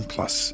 Plus